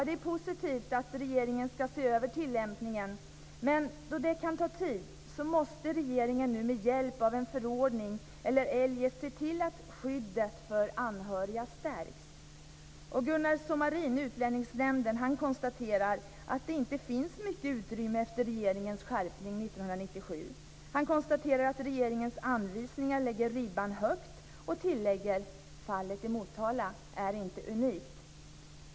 Det är positivt att regeringen skall se över tilllämpningen, men då det kan ta tid måste regeringen med hjälp av en förordning eller eljest se till att skyddet för anhöriga stärks. Gunnar Sommarin, Utlänningsnämnden, konstaterar att det inte finns mycket utrymme efter regeringens skärpning 1997. Han konstaterar att regeringens anvisningar lägger ribban högt och tillägger: Fallet i Motala är inte unikt.